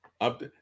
up